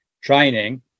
training